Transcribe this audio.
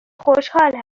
خوشحال